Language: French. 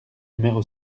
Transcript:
numéro